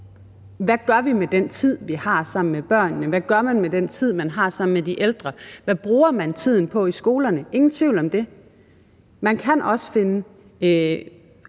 hvad gør vi med den tid, vi har sammen med børnene; hvad gør man med den tid, man har sammen med de ældre; hvad bruger man tiden på i skolerne? – ingen tvivl om det. Man kan også finde